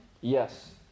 Yes